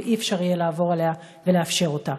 ואי-אפשר לאפשר את זה.